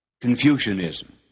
Confucianism